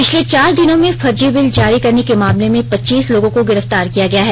पिछले चार दिनों में फर्जी बिल जारी करने के मामले में पच्चीस लोगों को गिरफ्तार किया गया है